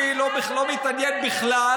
אני לא מתעניין בכלל,